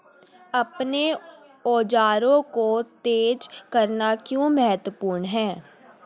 अपने औजारों को तेज करना क्यों महत्वपूर्ण है?